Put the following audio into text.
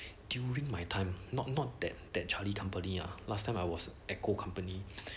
during my time not not that that charlie company ah last time I was echo company